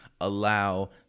allow